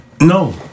No